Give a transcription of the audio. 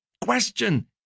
question